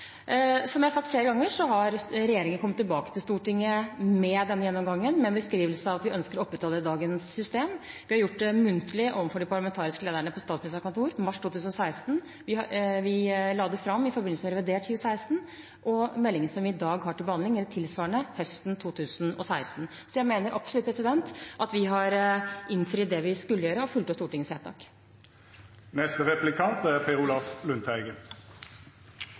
Som jeg har sagt flere ganger, har regjeringen kommet tilbake til Stortinget med denne gjennomgangen, med en beskrivelse av at vi ønsker å opprettholde dagens system. Vi har gjort det muntlig overfor de parlamentariske lederne, på Statsministerens kontor i mars 2016. Vi la det fram i forbindelse med revidert 2016 og i den meldingen som vi i dag har til behandling, eller tilsvarende, høsten 2016. Så jeg mener absolutt at vi har gjort det vi skulle gjøre, og fulgt opp Stortingets vedtak.